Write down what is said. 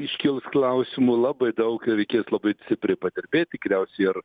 iškils klausimų labai daug ir reikės labai stipriai padirbėt tikriausiai ir